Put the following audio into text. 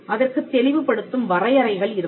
அதற்குத் தெளிவு படுத்தும் வரையறைகள் இருக்கும்